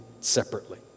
separately